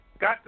Got